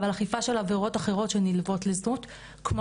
אבל אכיפה של עבירות אחרות שנלוות לזנות כמו